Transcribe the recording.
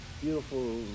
beautiful